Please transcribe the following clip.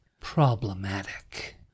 problematic